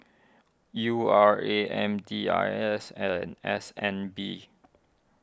U R A M D I S and S N B